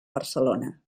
barcelona